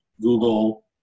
Google